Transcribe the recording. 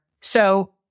So-